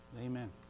Amen